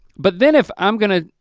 but then if i'm gonna,